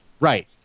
Right